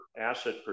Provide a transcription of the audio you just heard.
asset